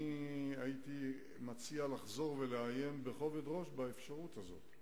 הייתי מציע לחזור ולעיין בכובד ראש באפשרות הזאת.